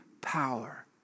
power